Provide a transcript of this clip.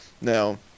Now